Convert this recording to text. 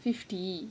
fifty